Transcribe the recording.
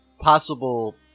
possible